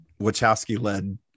Wachowski-led